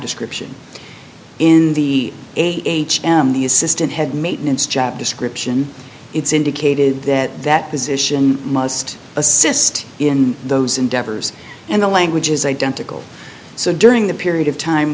description in the h m the assistant head maintenance job description it's indicated that that position must assist in those endeavors and the language is identical so during the period of time